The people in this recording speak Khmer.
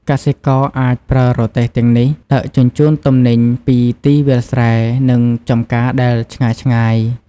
កសិករអាចប្រើរទេះទាំងនេះដឹកជញ្ជូនទំនិញពីទីវាលស្រែ និងចំការដែលឆ្ងាយៗ។